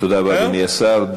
תודה רבה, אדוני השר.